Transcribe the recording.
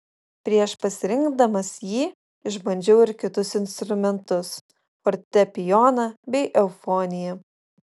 prieš pasirinkdamas jį išbandžiau ir kitus instrumentus fortepijoną bei eufoniją